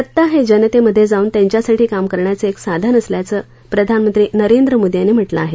सत्ता हे जनतेमध्ये जाऊन त्यांच्यासाठी काम करण्याचं एक साधन असल्याचं पंतप्रधान नरेंद्र मोदी यांनी म्हटलं आहे